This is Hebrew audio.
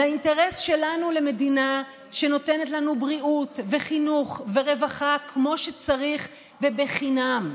לאינטרס שלנו למדינה שנותנת לנו בריאות וחינוך ורווחה כמו שצריך וחינם.